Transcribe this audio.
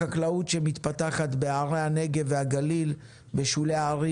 שאלה לגבי חקלאות שמתפתחת בנגב ובגליל בשולי הערים